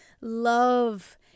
love